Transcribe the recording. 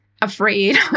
afraid